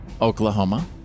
Oklahoma